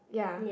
ya